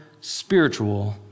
spiritual